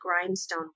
grindstone